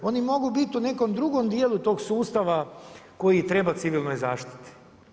Oni mogu biti u nekom drugom dijelu tog sustava, koji treba civilnom zaštiti.